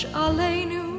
aleinu